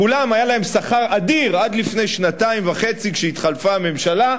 לכולם היה שכר אדיר עד לפני שנתיים וחצי כשהתחלפה הממשלה,